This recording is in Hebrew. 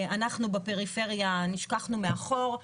אנחנו בפריפריה נשכחנו מאחור.